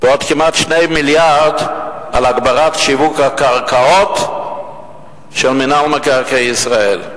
ועוד כמעט 2 מיליארד על הגברת שיווק הקרקעות של מינהל מקרקעי ישראל.